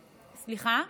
הסייעות.